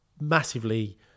massively